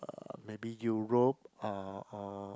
(uh)maybe Europe uh or